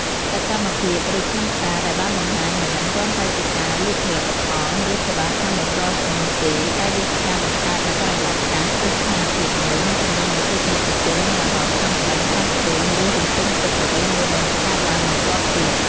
សកម្មភាព ឬខ្លឹមសារដែលបានបង្ហាញ មិនមែនគ្រាន់តែជាការលក់ផលិតផល ឬសេវាកម្មដោយផ្ទាល់នោះទេ តែវាជាការបង្កើតនូវបរិយាកាស ឬស្ថានភាពមួយ និងជំរុញឱ្យទស្សនិកជនមានអារម្មណ៍ចង់ដឹង ចង់ឃើញ ឬរំពឹងទុកអ្វីមួយដែលនឹងកើតឡើងបន្ទាប់ទៀត។